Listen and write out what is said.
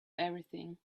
everything